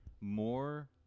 more